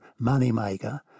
moneymaker